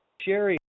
Sherry